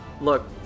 Look